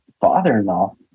father-in-law